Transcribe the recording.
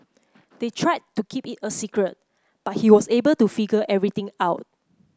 they tried to keep it a secret but he was able to figure everything out